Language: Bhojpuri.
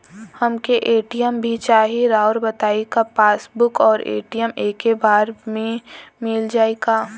हमके ए.टी.एम भी चाही राउर बताई का पासबुक और ए.टी.एम एके बार में मील जाई का?